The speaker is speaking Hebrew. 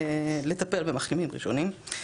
לטפל במחלימים ראשונים.